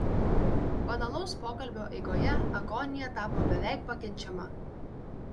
banalaus pokalbio eigoje agonija tapo beveik pakenčiama